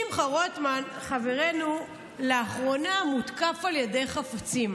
שמחה רוטמן חברנו לאחרונה מותקף על ידי חפצים.